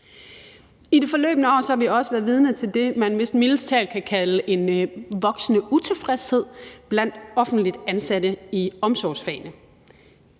I det forløbne år har vi også været vidne til det, man vist mildest talt kan kalde en voksende utilfredshed blandt offentligt ansatte i omsorgsfagene.